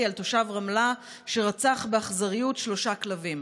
על תושב רמלה שרצח באכזריות שלושה כלבים.